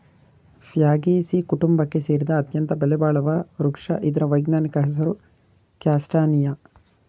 Fagaceae ಕುಟುಂಬಕ್ಕೆ ಸೇರಿದ ಅತ್ಯಂತ ಬೆಲೆಬಾಳುವ ವೃಕ್ಷ ಇದ್ರ ವೈಜ್ಞಾನಿಕ ಹೆಸರು ಕ್ಯಾಸ್ಟಾನಿಯ